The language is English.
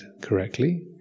correctly